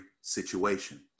situation